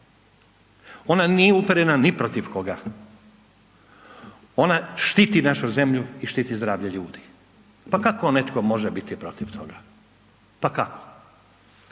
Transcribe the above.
Ona nije uperena ni protiv koga, ona štiti našu zemlju i štiti zdravlje ljudi, pa kako netko može biti protiv toga? Pa kako?